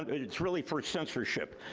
and it's really for censorship.